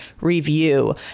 review